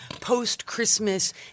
post-Christmas